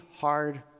hard